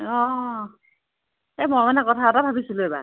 অঁ এই মই মানে কথা এটা ভাবিছিলোঁ এইবাৰ